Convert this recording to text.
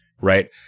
right